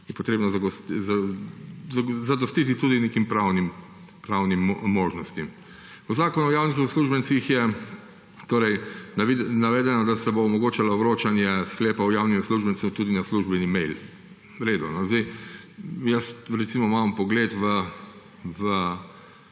je treba zadostiti tudi nekim pravnim možnostim. V zakonu o javnih uslužbencih je navedeno, da se bo omogočalo vročanje sklepov javnim uslužbencem tudi na službeni mail. V redu, jaz recimo imam vpogled v